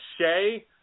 Shea